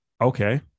okay